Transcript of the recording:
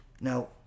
Now